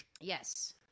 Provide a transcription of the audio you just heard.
Yes